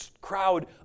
crowd